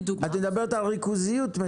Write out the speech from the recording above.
את מדברת על ריכוזיות מסוימת?